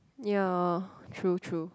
ya true true